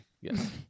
Yes